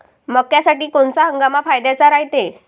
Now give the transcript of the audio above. मक्क्यासाठी कोनचा हंगाम फायद्याचा रायते?